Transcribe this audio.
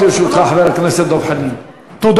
חבר הכנסת דב חנין, שלוש דקות לרשותך.